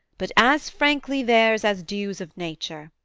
but as frankly theirs as dues of nature.